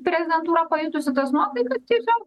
prezidentūra pajutusi tas nuotaikas tiesiog